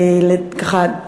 ככה,